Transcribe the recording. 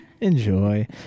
Enjoy